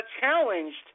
challenged